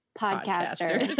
podcasters